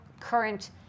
current